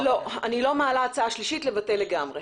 מעלה הצעה שלישית לבטל לגמרי.